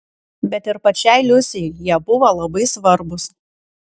bet ir pačiai liusei jie buvo labai svarbūs